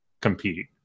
compete